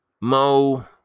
Mo